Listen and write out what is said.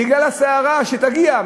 בגלל הסערה שתגיע.